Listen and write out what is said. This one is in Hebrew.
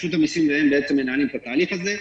רשות המיסים והן בעצם מנהלים את התהליך הזה.